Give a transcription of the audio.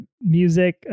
music